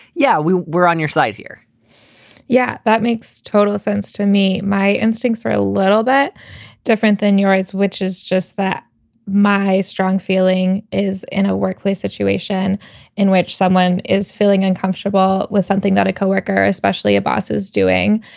yeah, we're we're on your side here yeah, that makes total sense to me. my instincts are a little bit different than your rights, which is just that my strong feeling is in a workplace situation in which someone is feeling uncomfortable with something that a co-worker, especially a boss, is doing.